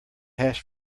hash